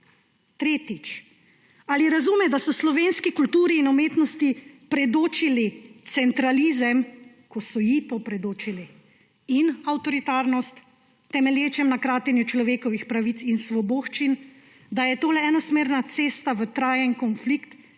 Tretjič. Ali razume, da so slovenski kulturi in umetnosti predočili centralizem, ko so ji to predočili, in avtoritarnost, temelječo na kratenju človekovih pravic in svoboščin, da je to le enosmerna cesta v trajen konflikt,